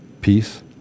peace